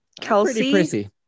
kelsey